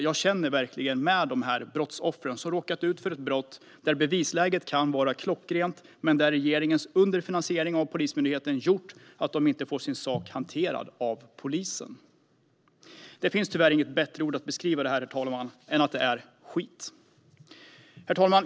Jag känner verkligen med de brottsoffer som har råkat ut för ett brott där bevisläget kan vara klockrent men där regeringens underfinansiering av Polismyndigheten har gjort att brottsoffren inte får sin sak hanterad av polisen. Det finns tyvärr inget bättre ord att beskriva detta, herr talman, än att det är skit. Herr talman!